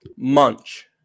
Munch